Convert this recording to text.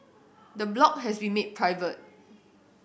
the blog has been made private